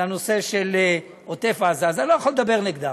על הנושא של עוטף עזה, אז אני לא יכול לדבר נגדם.